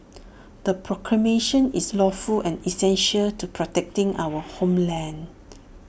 the proclamation is lawful and essential to protecting our homeland